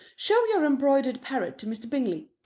show your embroidered parrot to mr. bingley.